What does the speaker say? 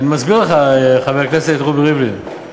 אני מסביר לך, חבר הכנסת רובי ריבלין.